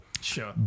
Sure